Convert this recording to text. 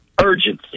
Urgency